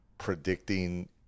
predicting